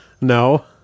no